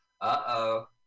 Uh-oh